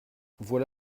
voilà